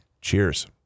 cheers